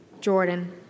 Jordan